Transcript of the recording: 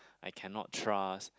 I cannot trust